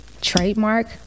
trademark